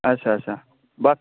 अच्छा अच्छा